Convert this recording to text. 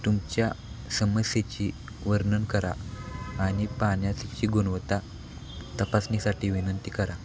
तुमच्या समस्येची वर्णन करा आणि पाण्याची गुणवत्ता तपासणीसाठी विनंती करा